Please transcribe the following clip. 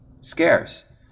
scarce